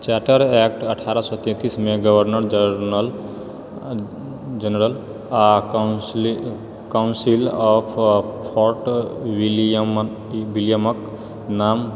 charter act अठारह सए तैतीसमे गवर्नर जेरनल जनरल आ काउन्सिल काउन्सिल ऑफ फोर्ट विलयमन विलियमके नाम